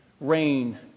rain